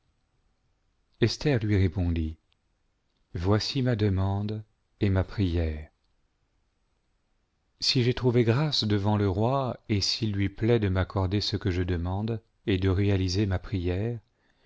esther lui répondit voici ma demande et ma prière si j'ai trouvé grâce devant lo roi et s'il lui plaît de m'accorder ce que je demande et de réaliser ma prière